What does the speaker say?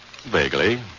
Vaguely